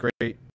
great